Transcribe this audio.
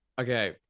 okay